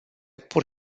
pur